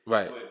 Right